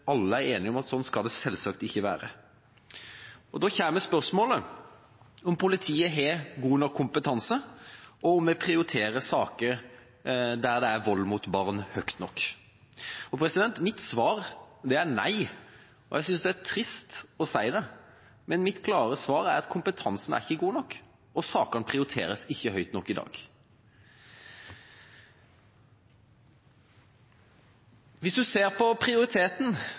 Alle er enige om at sånn skal det selvsagt ikke være. Da kommer spørsmålet om politiet har god nok kompetanse, og om de prioriterer saker der det er vold mot barn, høyt nok. Mitt svar er nei! Jeg synes det er trist å si det, men mitt klare svar er at kompetansen ikke er god nok, og at sakene ikke prioriteres høyt nok i dag. Hvis man ser på